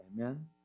Amen